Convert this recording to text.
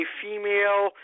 female